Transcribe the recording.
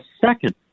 second